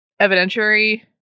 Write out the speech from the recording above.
evidentiary